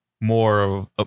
more